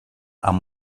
amb